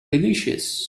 delicious